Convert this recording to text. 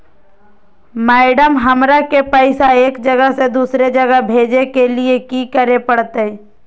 Madam, हमरा के पैसा एक जगह से दुसर जगह भेजे के लिए की की करे परते?